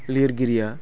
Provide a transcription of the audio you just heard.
लिरगिरिया